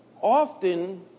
often